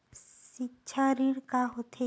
सिक्छा ऋण का होथे?